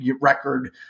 record